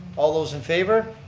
all those in favor.